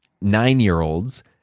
nine-year-olds